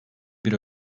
bir